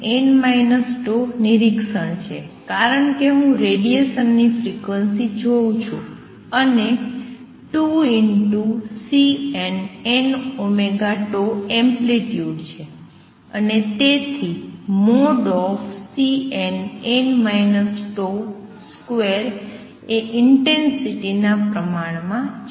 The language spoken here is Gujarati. nn τ નિરીક્ષણ છે કારણ કે હું રેડીએશન ની ફ્રિક્વન્સી જોઉં છું અને 2Cnn τ એમ્પ્લિટ્યુડ છે અને તેથી Cnn τ2 એ ઇંટેંસિટીના પ્રમાણમાં છે